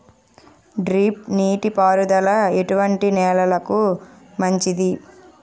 Drip నీటి పారుదల ఎటువంటి నెలలకు మంచిది?